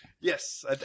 Yes